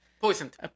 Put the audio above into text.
Poisoned